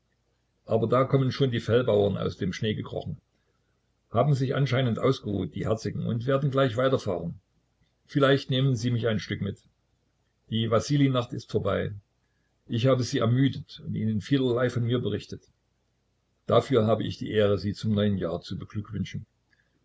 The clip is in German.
aber da kommen schon die fell bauern aus dem schnee gekrochen haben sich anscheinend ausgeruht die herzigen und werden gleich weiterfahren vielleicht nehmen sie mich ein stück mit die wassilijnacht ist vorbei ich habe sie ermüdet und ihnen vielerlei von mir berichtet dafür habe ich die ehre sie zum neuen jahr zu beglückwünschen